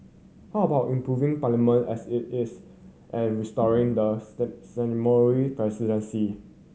how about improving Parliament as it is and restoring the presidency